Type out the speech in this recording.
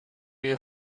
you